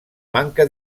manca